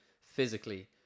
physically